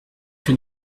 que